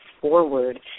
forward